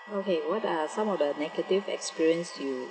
okay what are some of the negative experience you